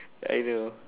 I know